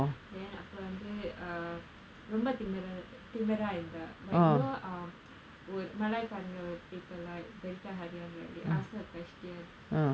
then அப்புறம் வந்து ரொம்ப திமிரா திமிரா இருந்தா:appuram vanthu romba thimira thimiraa irunthaa like you know um malay காரவங்கோட:kaaravangoda paper lah beritan harian right they ask her a question